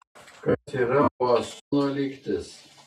kas yra puasono lygtis